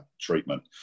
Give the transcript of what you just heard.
treatment